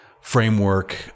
framework